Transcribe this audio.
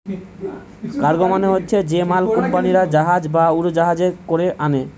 cargo মানে হচ্ছে যে মাল কুম্পানিরা জাহাজ বা উড়োজাহাজে কোরে আনে